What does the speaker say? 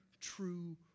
true